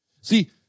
See